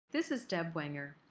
this is deb wenger.